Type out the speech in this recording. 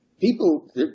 People